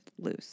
loose